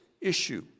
issue